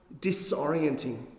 disorienting